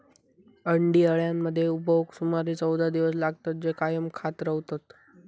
अंडी अळ्यांमध्ये उबवूक सुमारे चौदा दिवस लागतत, जे कायम खात रवतत